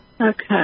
Okay